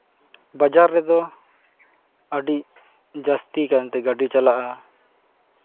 ᱵᱟᱡᱟᱨ ᱨᱮᱫᱚ ᱟᱹᱰᱤ ᱡᱟᱹᱥᱛᱤ ᱠᱟᱭᱛᱮ ᱜᱟᱹᱰᱤ ᱪᱟᱞᱟᱜᱼᱟ